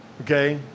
okay